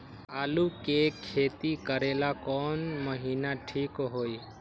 आलू के खेती करेला कौन महीना ठीक होई?